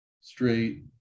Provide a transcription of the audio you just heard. straight